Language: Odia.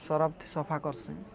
ସରଫ୍ଥି ସଫା କର୍ସି